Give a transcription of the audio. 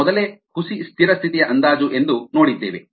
ನಾವು ಮೊದಲೇ ಹುಸಿ ಸ್ಥಿರ ಸ್ಥಿತಿಯ ಅಂದಾಜು ಎಂದು ನೋಡಿದ್ದೇವೆ